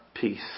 Peace